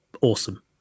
awesome